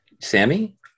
Sammy